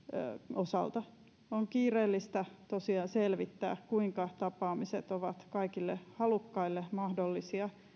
osalta on kiireellistä tosiaan selvittää kuinka tapaamiset ovat kaikille halukkaille mahdollisia